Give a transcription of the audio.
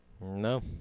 No